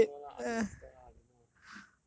from a donor lah ask your sister lah don't know ah